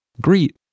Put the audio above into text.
Greet